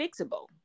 fixable